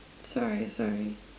sorry sorry